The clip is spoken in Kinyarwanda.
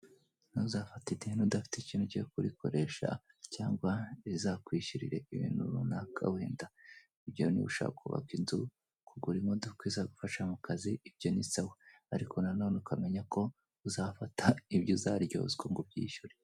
Ntuzafate ideni udafite ikintu ugiye kurikoresha cyangwa rizakwishyurire ibintu runaka wenda ibyo bintu bishobora kubabyo inzu kugura imodoka izagufasha mukazi ibyo nisawa ariko nanone ukamenya ko uzafata ibyo uzaryozwa ngo ubyishyure.